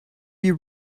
you